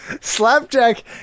Slapjack